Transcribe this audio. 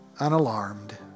unalarmed